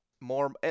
more